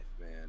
man